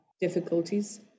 difficulties